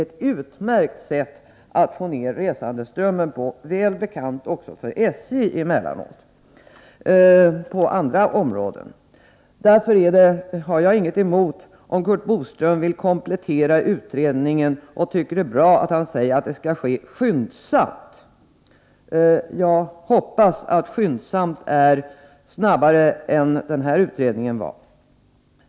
Detta är ett utmärkt sätt att minska antalet resande — något som emellanåt är väl bekant också för SJ, men i fråga om andra områden. Jag har således ingenting emot en komplettering av utredningen, Curt Boström. Det är bra att kommunikationsministern säger att det skall ske skyndsamt. Jag hoppas att ”skyndsamt” innebär att det sker snabbare än den här utredningen har arbetat.